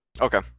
Okay